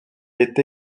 est